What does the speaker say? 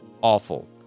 awful